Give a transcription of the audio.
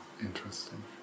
interesting